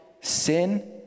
Sin